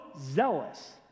zealous